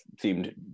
seemed